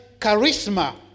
charisma